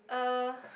uh